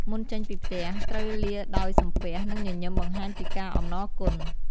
មុនចេញពីផ្ទះ ត្រូវលារដោយសំពះ និងញញឹមបង្ហាញពីការអំណរគុណ។